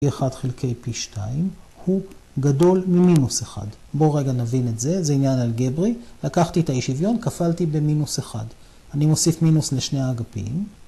פי 1 חלקי פי 2 הוא גדול ממינוס 1, בואו רגע נבין את זה, זה עניין אלגברי, לקחתי את האי שוויון, כפלתי במינוס 1, אני מוסיף מינוס לשני האגפים.